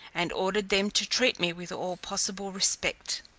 and ordered them to treat me with all possible respect.